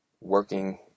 working